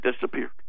disappeared